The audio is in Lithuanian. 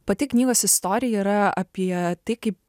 pati knygos istorija yra apie tai kaip